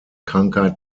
krankheit